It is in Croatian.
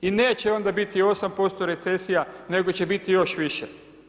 I neće onda biti 8% recesija nego će biti još više.